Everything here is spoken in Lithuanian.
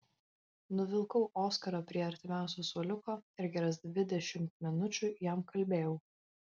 nuvilkau oskarą prie artimiausio suoliuko ir geras dvidešimt minučių jam kalbėjau